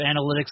analytics